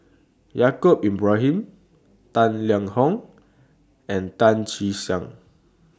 Yaacob Ibrahim Tang Liang Hong and Tan Che Sang